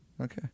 Okay